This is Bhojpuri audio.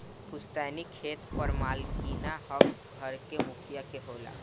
पुस्तैनी खेत पर मालिकाना हक घर के मुखिया के होला